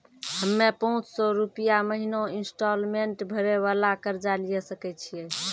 हम्मय पांच सौ रुपिया महीना इंस्टॉलमेंट भरे वाला कर्जा लिये सकय छियै?